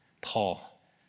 Paul